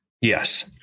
Yes